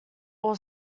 all